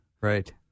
right